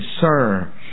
Sir